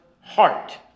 heart